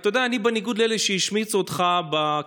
אתה יודע, אני, בניגוד לאלה שהשמיצו אותך בקמפיין,